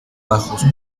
bajos